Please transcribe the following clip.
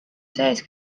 sees